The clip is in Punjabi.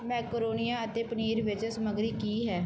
ਮੈਕਰੋਨੀਆ ਅਤੇ ਪਨੀਰ ਵਿੱਚ ਸਮੱਗਰੀ ਕੀ ਹੈ